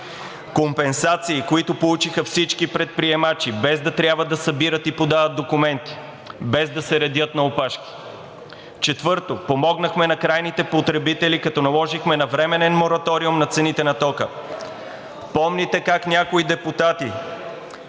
компенсации, които получиха всички предприемачи, без да трябва да събират и подават документи, без да се редят на опашки. Четвърто, помогнахме на крайните потребители, като наложихме навременен мораториум на цените на тока. Помните как някои депутати